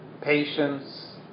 patience